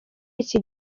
iki